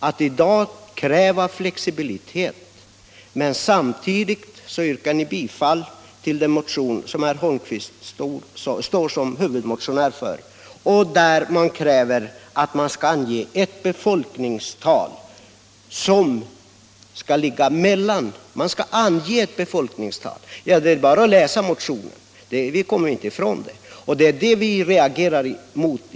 I dag kräver ni flexibilitet, men samtidigt yrkar ni bifall till den motion som herr Holmqvist är huvud motionär för och där det krävs att man skall ange ett befolkningstal. Det är det utskottsmajoriteten reagerar emot.